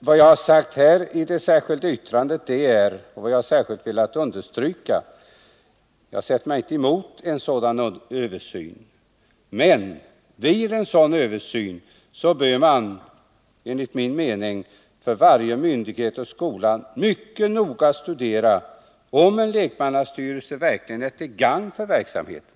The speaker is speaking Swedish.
I mitt särskilda yttrande sätter jag mig inte emot en översyn, men jag har velat understryka att man enligt min mening för varje myndighet och skola mycket noga bör studera om en lekmannastyrelse verkligen är till gagn för verksamheten.